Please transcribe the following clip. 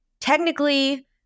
technically